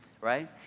Right